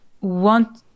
want